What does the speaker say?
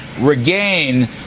regain